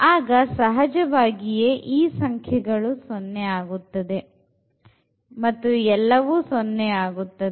ಆಗ ಸಹಜವಾಗಿಯೇ ಈ ಸಂಖ್ಯೆಗಳು 0 ಆಗುತ್ತದೆ ಎಲ್ಲವೂ 0 ಆಗುತ್ತದೆ